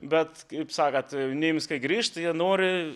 bet kaip sakot jaunims kai grįžta jie nori